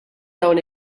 dawn